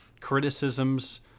criticisms